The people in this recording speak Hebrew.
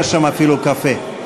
יש שם אפילו קפה.